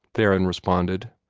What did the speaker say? theron responded.